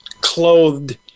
clothed